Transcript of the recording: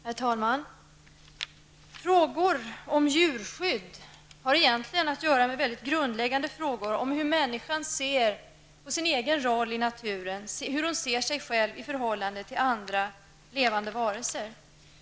Herr talman! Frågor om djurskydd har egentligen att göra med mycket grundläggande frågor om hur människan ser på sin egen roll i naturen, hur hon ser sig själv i förhållande till andra levande varelser.